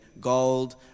gold